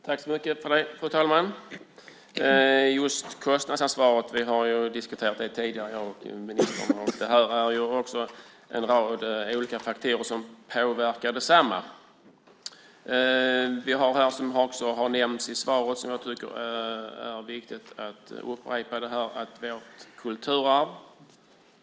Fru talman! Just kostnadsansvaret har jag och ministern diskuterat tidigare. Här finns också en rad olika faktorer som påverkar detsamma. Vi har, som också har nämnts i svaret och som jag tycker är viktigt att upprepa, ett kulturarv.